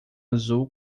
azul